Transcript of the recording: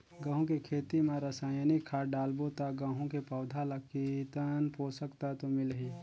गंहू के खेती मां रसायनिक खाद डालबो ता गंहू के पौधा ला कितन पोषक तत्व मिलही?